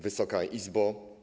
Wysoka Izbo!